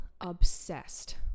obsessed